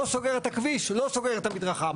לא סוגרת את הכביש לא סוגרת את המדרכה.